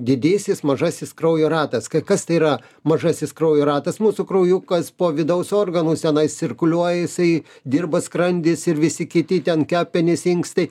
didysis mažasis kraujo ratas kas tai yra mažasis kraujo ratas mūsų kraujukas po vidaus organų jis tenais cirkuliuoja jisai dirba skrandis ir visi kiti ten kepenys inkstai